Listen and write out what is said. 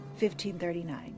1539